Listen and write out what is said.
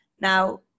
Now